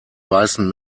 weißen